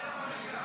--- במליאה.